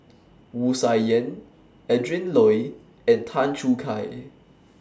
Wu Tsai Yen Adrin Loi and Tan Choo Kai